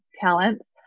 talents